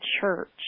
church